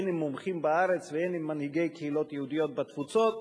הן עם מומחים בארץ והן עם מנהיגי קהילות יהודיות בתפוצות,